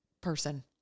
person